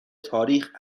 تاریخ